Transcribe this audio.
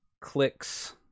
clicks